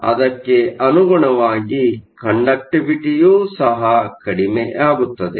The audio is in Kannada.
ಅದಕ್ಕೆ ಅನುಗುಣವಾಗಿ ಕಂಡಕ್ಟಿವಿಟಿ ಯೂ ಸಹ ಕಡಿಮೆ ಆಗುತ್ತದೆ